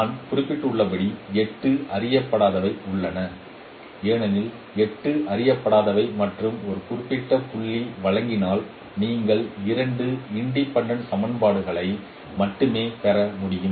நான் குறிப்பிட்டுள்ளபடி 8 அறியப்படாதவை உள்ளன ஏனெனில் 8 அறியப்படாதவை மற்றும் ஒரு குறிப்பிட்ட புள்ளி வழங்கினால் நீங்கள் இரண்டு இன்டெபேன்டென்ட் சமன்பாடுகளை மட்டுமே பெற முடியும்